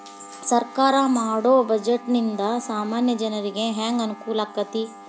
ಸರ್ಕಾರಾ ಮಾಡೊ ಬಡ್ಜೆಟ ನಿಂದಾ ಸಾಮಾನ್ಯ ಜನರಿಗೆ ಹೆಂಗ ಅನುಕೂಲಕ್ಕತಿ?